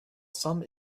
some